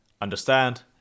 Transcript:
understand